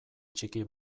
txiki